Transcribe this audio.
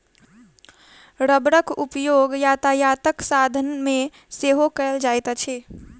रबड़क उपयोग यातायातक साधन मे सेहो कयल जाइत अछि